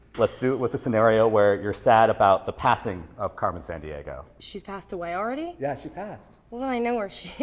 let's do it with the scenario where you're sad about the passing of carmen san diego. she's passed away already? yeah, she passed. well then i know where she